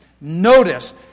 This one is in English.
Notice